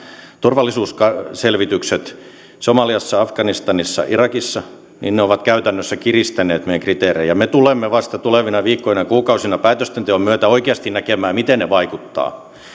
turvallisuusselvitykset somaliassa afganistanissa irakissa niin ne ovat käytännössä kiristäneet meidän kriteerejämme me tulemme vasta tulevina viikkoina kuukausina päätöksenteon myötä oikeasti näkemään miten ne vaikuttavat ja